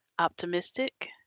Optimistic